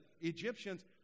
Egyptians